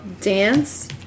Dance